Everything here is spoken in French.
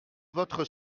votre